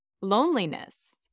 loneliness